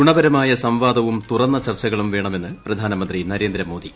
ഗുണപരമായ സംവാദവും തുറന്ന ചർച്ചകളും വേണമെന്ന് പ്രധാനമന്ത്രി നരേന്ദ്രമോദി